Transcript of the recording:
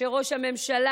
שראש הממשלה,